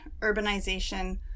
urbanization